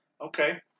Okay